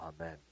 Amen